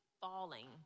Falling